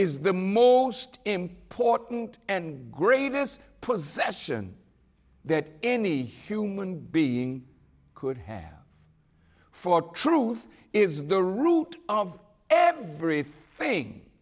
is the more important and grievous possession that any human being could have for truth is the root of every thing